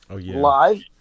live